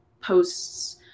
posts